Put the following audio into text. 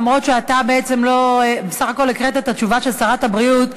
אף שאתה בעצם בסך-הכול הקראת את התשובה של שרת הבריאות.